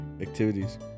Activities